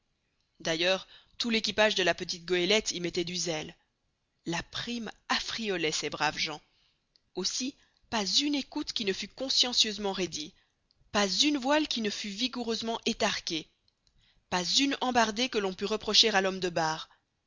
d'ailleurs tout l'équipage de la petite goélette y mettait du zèle la prime affriolait ces braves gens aussi pas une écoute qui ne fût consciencieusement raidie pas une voile qui ne fût vigoureusement étarquée pas une embardée que l'on pût reprocher à l'homme de barre